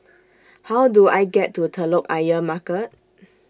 How Do I get to Telok Ayer Market